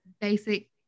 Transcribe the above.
basic